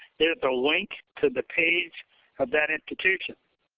there's a link to the page of that institution.